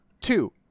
Two